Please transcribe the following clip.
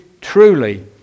truly